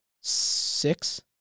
Six